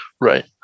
right